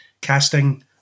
casting